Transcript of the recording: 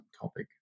topic